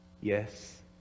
yes